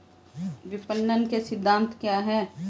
विपणन के सिद्धांत क्या हैं?